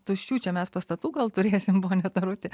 tuščių čia mes pastatų gal turėsim pone taruti